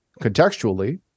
contextually